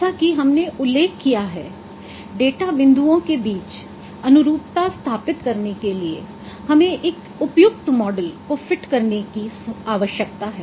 जैसा कि हमने उल्लेख किया है डेटा बिंदुओं के बीच अनुरूपता स्थापित करने के लिए हमें एक उपयुक्त मॉडल को फिट करने की आवश्यकता है